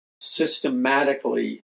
systematically